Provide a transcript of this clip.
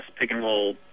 pick-and-roll